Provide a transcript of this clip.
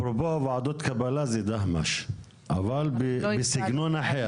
אפרופו ועדות קבלה זה דהמש, אבל בסגנון אחר.